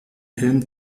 helm